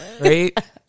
right